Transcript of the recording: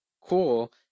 cool